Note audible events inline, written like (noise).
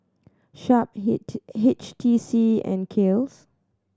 Sharp (unintelligible) H T C and Kiehl's